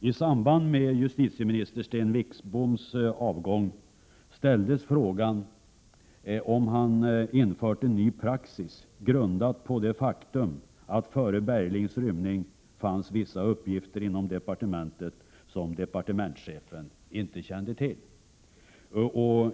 I samband med justitieminister Sten Wickboms avgång ställdes frågan om han infört en ny praxis grundad på det faktum att det före Berglings rymning fanns vissa uppgifter inom departementet som departementschefen inte kände till.